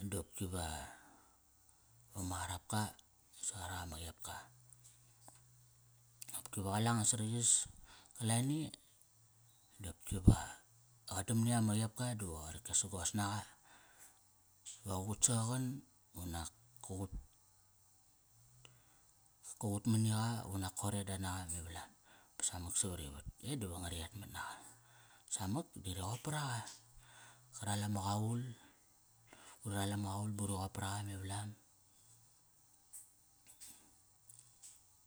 Di opki va, va ma qarapka sa qarak ama qepka. Opki va qala anga sarai yas kalani di opki va qa dam ni yak ama qepka di va qa rakesagos naqa, va qa qut saqaqan unak ka qut, ka qut mani qa unak koreda naqa me valam ba samak savarivat. E, diva nga ri etmat naqa, samak di ri qop paraqa ka ral ama qaul, uri ral ama qaul ba uri qop paraqa me valam.